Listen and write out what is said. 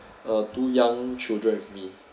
a two young children with me